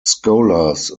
scholars